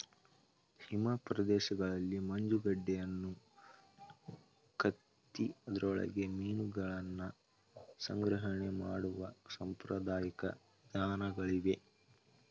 ಹಿಮ ಪ್ರದೇಶಗಳಲ್ಲಿ ಮಂಜುಗಡ್ಡೆಯನ್ನು ಕೆತ್ತಿ ಅದರೊಳಗೆ ಮೀನುಗಳನ್ನು ಸಂಗ್ರಹಣೆ ಮಾಡುವ ಸಾಂಪ್ರದಾಯಿಕ ವಿಧಾನಗಳಿವೆ